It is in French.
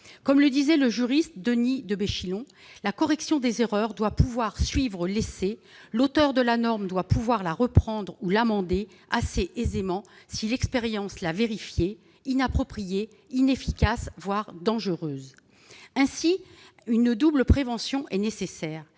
Comme le disait le juriste Denys de Béchillon, la correction des erreurs doit pouvoir suivre l'essai ; l'auteur de la norme doit pouvoir la reprendre ou l'amender assez aisément si l'expérience l'a vérifiée inappropriée, inefficace, voire dangereuse. Ainsi, une double prévention est nécessaire